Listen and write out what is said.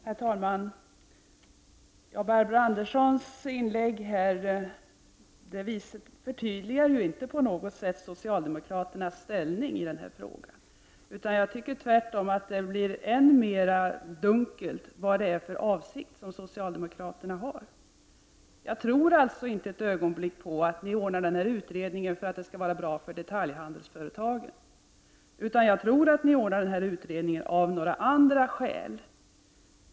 Herr talman! Barbro Anderssons inlägg gör inte socialdemokraternas roll i den här frågan mera tydlig. Tvärtom blir socialdemokraternas avsikt ännu dunklare. Jag tror alltså inte ett ögonblick på att ni har ordnat med denna utredning för att den är bra för detaljhandelsföretagen, utan jag tror att ni har ordnat med utredningen av andra skäl.